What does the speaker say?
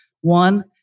One